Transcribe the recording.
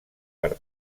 per